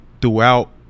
throughout